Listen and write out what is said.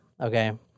okay